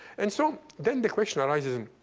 and so then the question arises, and